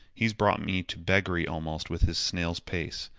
he's brought me to beggary almost with his snail's pace.